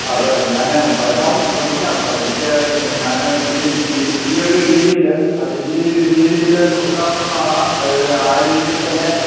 അത് ഞാന് പരമാവധി ശ്രമിക്കാം സാർ എനിക്ക് ഞാന് ഈ ഈ ഒരു ഈ ഒരു രീതിയില് അത് ഈ രീതിയില് തുടരാമെന്നാണ് ഇത് ആ രീതിയിൽത്തന്നെ